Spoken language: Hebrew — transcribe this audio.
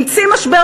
המציא משבר